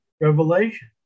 Revelation